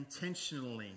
intentionally